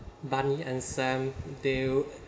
barney and sam they